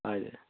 हजुर